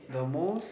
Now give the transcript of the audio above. the most